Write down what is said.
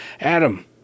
Adam